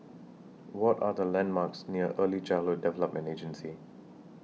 What Are The landmarks near Early Childhood Development Agency